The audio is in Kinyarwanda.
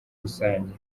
rusange